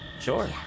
Sure